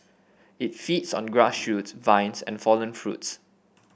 it feeds on grass shoots vines and fallen fruits